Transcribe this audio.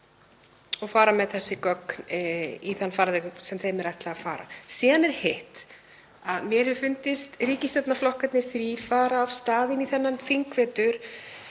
og fara með þessi gögn í þann farveg sem þeim er ætlað að fara. Síðan er hitt að mér hefur fundist ríkisstjórnarflokkarnir þrír fara af stað inn í þennan þingvetur